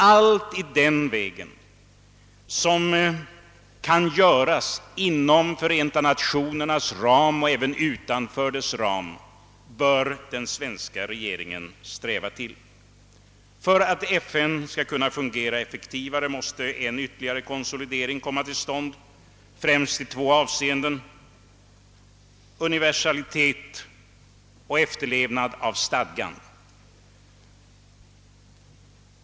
Allt i den vägen som kan göras inom eller utom Förenta Nationernas ram bör den svenska regeringen sträva efter. För att FN skall kunna fungera effektivare måste en ytterligare konsolidering komma till stånd, främst i två avseenden: universalitet och efterlevnad av stadgan.